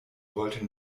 wollten